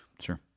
Sure